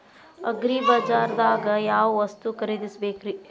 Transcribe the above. ಅಗ್ರಿಬಜಾರ್ದಾಗ್ ಯಾವ ವಸ್ತು ಖರೇದಿಸಬೇಕ್ರಿ?